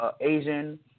Asian